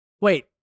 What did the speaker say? Wait